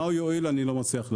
מה הוא יועיל, אני לא מצליח להבין.